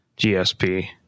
GSP